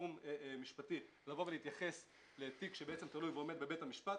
פורום משפטי להתייחס לתיק שתלוי ועומד בבית המשפט.